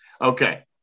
Okay